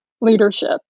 leadership